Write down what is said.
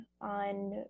on